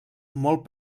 molt